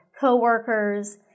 co-workers